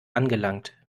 angelangt